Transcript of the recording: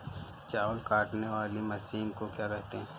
चावल काटने वाली मशीन को क्या कहते हैं?